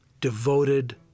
devoted